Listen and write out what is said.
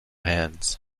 hands